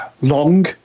long